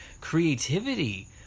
creativity